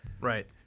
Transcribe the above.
right